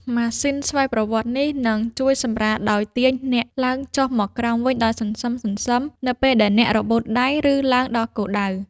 ម៉ាស៊ីនស្វ័យប្រវត្តិនេះ នឹងជួយសម្រួលដោយទាញអ្នកឡើងចុះមកក្រោមវិញដោយសន្សឹមៗ នៅពេលដែលអ្នករបូតដៃ ឬឡើងដល់គោលដៅ។